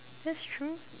that's true